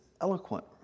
eloquent